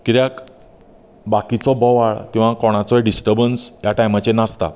किद्याक बाकीचो बोवाळ किंवा कोणाचोय डिस्टबन्स त्या टायमाचेर नासतात